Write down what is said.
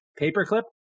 Paperclip